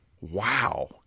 Wow